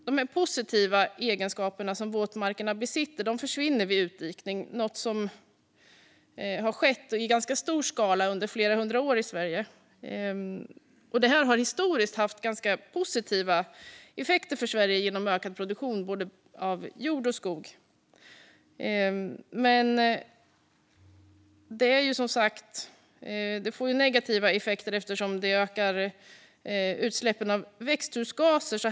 De positiva egenskaper som våtmarkerna besitter försvinner vid utdikning, något som skett i ganska stor skala under flera hundra år i Sverige. Detta har historiskt haft ganska positiva effekter för Sverige genom ökad produktion av både jord och skog. Men det får ju negativa effekter eftersom det ökar utsläppen av växthusgaser.